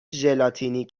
ژلاتینی